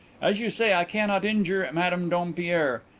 as you say, i cannot injure madame dompierre,